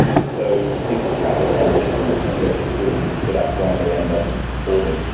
and so people travel some distance to go to school, so that's why they end up boarding,